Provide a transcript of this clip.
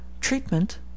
Treatment